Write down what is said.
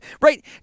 Right